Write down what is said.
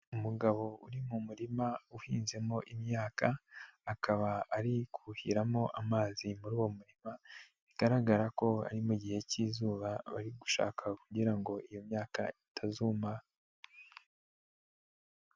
Umugabo uri mu murima uhinzemo imyaka, akaba ari kuhiramo amazi muri uwo murima, bigaragara ko ari mu gihe k'izuba bari gushaka kugira ngo iyo myaka itazuma.